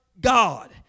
God